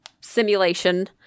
simulation